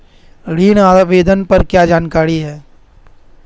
ऋण आवेदन पर क्या जानकारी है?